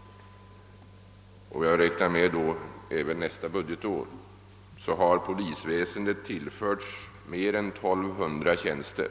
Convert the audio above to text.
— jag räknar då även med nästa budgetår — tillförts mer än 1 200 tjänster.